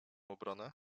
obronę